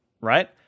right